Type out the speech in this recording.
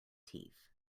teeth